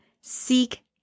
seek